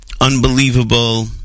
unbelievable